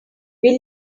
will